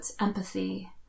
empathy